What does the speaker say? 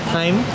time